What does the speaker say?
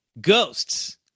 ghosts